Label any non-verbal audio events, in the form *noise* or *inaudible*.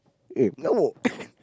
eh no *laughs*